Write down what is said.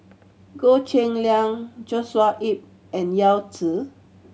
Goh Cheng Liang Joshua Ip and Yao Zi